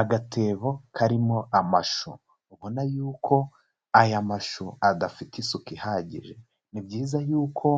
Agatebo karimo amashu, ubona yuko aya mashu adafite isuku ihagije. Ni byiza yuko